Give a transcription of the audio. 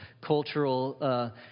cultural